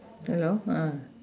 hello ah